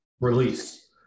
release